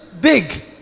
big